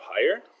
higher